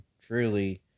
truly